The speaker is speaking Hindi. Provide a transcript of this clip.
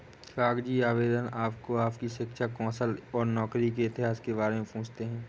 कागजी आवेदन आपसे आपकी शिक्षा, कौशल और नौकरी के इतिहास के बारे में पूछते है